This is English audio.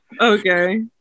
Okay